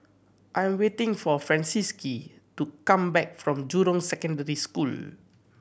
I am waiting for Francisqui to come back from Jurong Secondary School